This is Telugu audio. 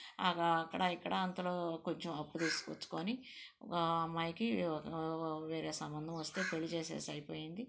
అక్కడ ఇక్కడ అంతలో కొంచెం అప్పు తీసుకొచ్చుకుని మా అమ్మాయికి వేరే సంబంధం వస్తే పెళ్ళి చేసేసే అయిపోయింది